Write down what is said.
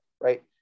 right